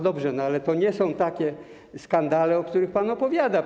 Dobrze, ale to nie są takie skandale, o których pan opowiada.